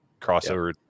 crossover